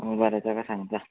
बरें तेका सांगता